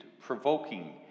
provoking